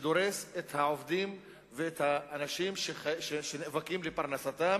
שדורס את העובדים ואת האנשים שנאבקים לפרנסתם